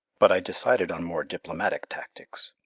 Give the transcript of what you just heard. but i decided on more diplomatic tactics.